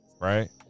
right